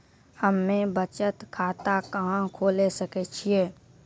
हम्मे बचत खाता कहां खोले सकै छियै?